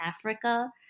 Africa